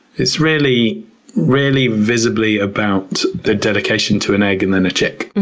it's really really visibly about the dedication to an egg and then a chick.